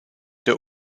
der